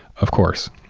of course,